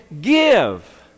give